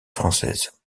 française